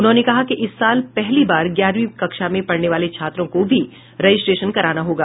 उन्होंने कहा कि इस साल पहली बार ग्यारहवीं कक्षा में पढ़ने वाले छात्रों को भी रजिस्ट्रेशन कराना होगा